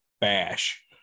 bash